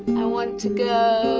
i want to go.